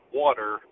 water